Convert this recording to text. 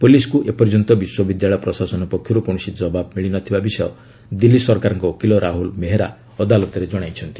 ପୁଲିସ୍କୁ ଏପର୍ଯ୍ୟନ୍ତ ବିଶ୍ୱବିଦ୍ୟାଳୟ ପ୍ରଶାସନ ପକ୍ଷରୁ କୌଣସି ଜବାବ୍ ମିଳି ନ ଥିବା ବିଷୟ ଦିଲ୍ଲୀ ସରକାରଙ୍କ ଓକିଲ ରାହୁଲ୍ ମେହେରା ଅଦାଲତରେ ଜଣାଇଛନ୍ତି